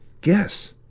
guess!